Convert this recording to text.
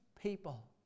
people